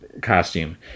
costume